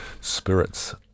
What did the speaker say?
spirits